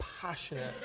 passionate